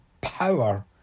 power